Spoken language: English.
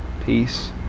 peace